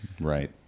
Right